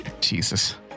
Jesus